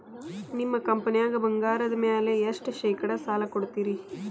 ನಿಮ್ಮ ಕಂಪನ್ಯಾಗ ಬಂಗಾರದ ಮ್ಯಾಲೆ ಎಷ್ಟ ಶೇಕಡಾ ಸಾಲ ಕೊಡ್ತಿರಿ?